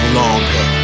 longer